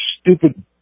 stupid